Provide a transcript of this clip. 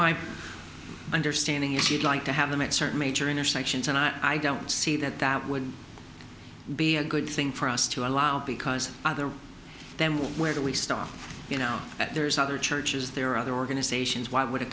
my understanding is you'd like to have them at certain major intersections and i don't see that that would be a good thing for us to allow because other than where do we stop you know that there's other churches there other organizations why would a